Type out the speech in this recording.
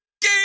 game